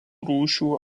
rūšių